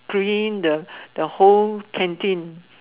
clean the whole canteen